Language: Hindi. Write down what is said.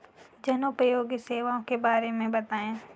जनोपयोगी सेवाओं के बारे में बताएँ?